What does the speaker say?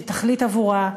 שתחליט עבורה,